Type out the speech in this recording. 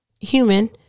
human